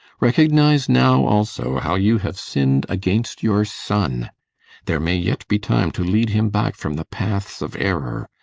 recognise now, also, how you have sinned against your son there may yet be time to lead him back from the paths of error.